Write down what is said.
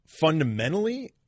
fundamentally